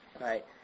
Right